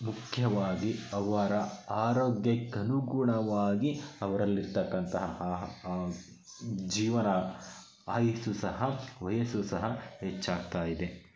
ಮುಖ್ಯವಾಗಿ ಅವರ ಆರೋಗ್ಯಕ್ಕನುಗುಣವಾಗಿ ಅವ್ರಲ್ಲಿ ಇರ್ತಕ್ಕಂತಹ ಜೀವನ ಆಯಸ್ಸು ಸಹ ವಯಸ್ಸು ಸಹ ಹೆಚ್ಚಾಗ್ತಾ ಇದೆ